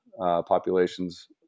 populations